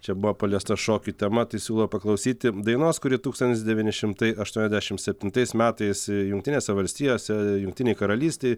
čia buvo paliesta šokių tema tai siūlau paklausyti dainos kuri tūkstantis devyni šimtai aštuoniasdešimt septintais metais jungtinėse valstijose jungtinėj karalystėj